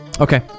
Okay